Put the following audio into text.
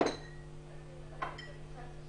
אתם נגד העסקים.